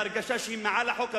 בהרגשה שהיא מעל החוק הבין-לאומי?